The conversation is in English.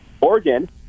Oregon